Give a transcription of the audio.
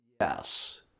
Yes